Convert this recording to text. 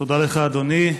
תודה לך, אדוני.